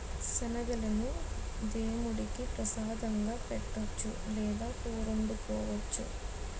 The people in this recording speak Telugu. శనగలను దేముడికి ప్రసాదంగా పెట్టొచ్చు లేదా కూరొండుకోవచ్చు